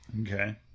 Okay